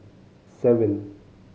seven